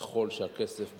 ככל שהכסף במלואו,